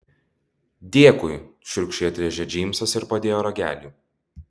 dėkui šiurkščiai atrėžė džeimsas ir padėjo ragelį